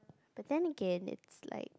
but then again it's like